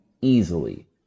easily